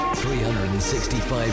365